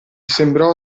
sembrò